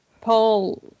Paul